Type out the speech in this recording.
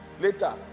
later